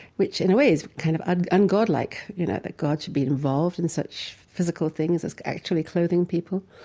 which in a way is kind of ah un-godlike, you know, that god should be involved in such physical things as actually clothing people.